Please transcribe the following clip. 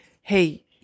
hey